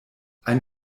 ein